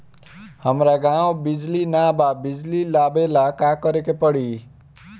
हमरा गॉव बिजली न बा बिजली लाबे ला का करे के पड़ी?